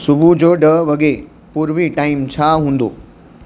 सुबुह जो ॾह वॻे पूर्वी टाइम छा हूंदो